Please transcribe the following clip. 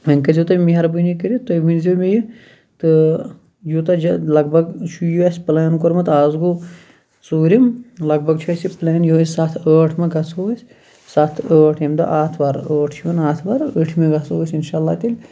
وۄنۍ کٔرزیٚو تُہۍ مہربٲنی کٔرِتھ تُہۍ ؤنۍ زیٚو مےٚ یہِ تہٕ یوٗتاہ جَل لَگ بَگ چھُ یہِ اَسہِ پٕلین کوٚرمُت آز گوٚو ژوٗرِم لَگ بَگ چھُ اَسہِ یہِ پٕلین یُہے سَتھ ٲٹھ مہَ گَژھو أسۍ سَتھ ٲٹھ یمہِ دۄہ آتھوار ٲٹھ چھُ یِوان آتھوار اۭٹھمہِ گَژھو أسۍ اِنشاءاللہ تیٚلہِ